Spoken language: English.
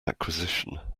acquisition